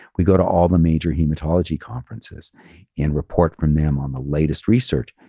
we go to all the major hematology conferences and report from them on the latest research.